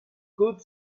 could